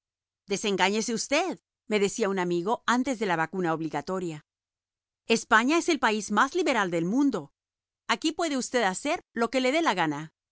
español desengáñese usted me decía un amigo antes de la vacuna obligatoria españa es el país más liberal del mundo aquí puede usted hacer lo que le da la gana